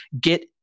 get